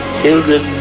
children